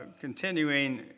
continuing